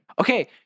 Okay